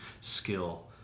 skill